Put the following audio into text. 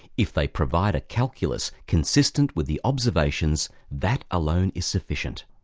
if they provide a calculus consistent with the observations, that alone is sufficient.